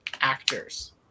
actors